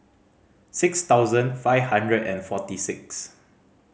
six thousand five hundred and forty six